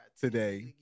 today